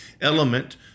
element